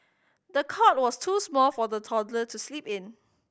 the cot was too small for the toddler to sleep in